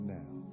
now